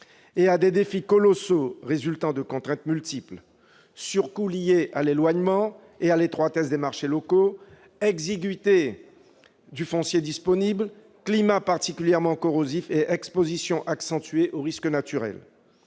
qu'à des défis colossaux résultant de contraintes multiples : surcoûts liés à l'éloignement et à l'étroitesse des marchés locaux, exiguïté du foncier disponible, climats particulièrement corrosifs et exposition accentuée aux risques naturels.